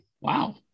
wow